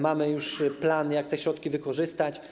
Mamy już plan, jak te środki wykorzystać.